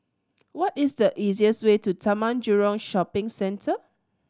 what is the easiest way to Taman Jurong Shopping Centre